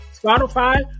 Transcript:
Spotify